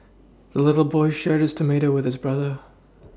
the little boy shared his tomato with his brother